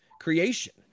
creation